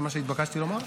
זה מה שהתבקשתי לומר?